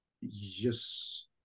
Yes